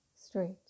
Straight